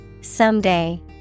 Someday